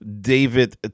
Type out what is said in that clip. David